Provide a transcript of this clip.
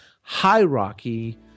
hierarchy